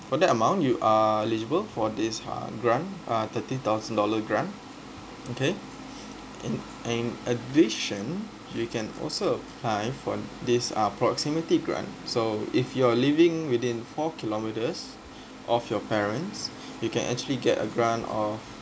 for that amount you are eligible for this uh grant uh thirteen thousand dollar grant okay can and and addition you can also apply for this uh proximity grant so if you're living within four kilometers of your parents you can actually get a grant of